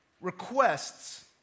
requests